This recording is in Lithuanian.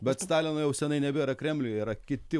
bet stalino jau senai nebėra kremliuje yra kiti